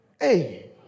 Hey